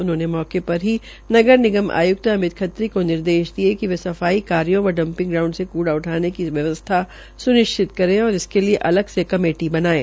उन्होंने मौके पर ही नगर निगम आय्क्त अमित खत्री को निर्देश दिए कि वे सफाई कार्यों व डपिंग ग्राउंड से कूड़ा उठाने की व्यवस्था सुनिश्चित करें और इसके लिए अलग से कमेटी बनाएं